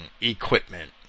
equipment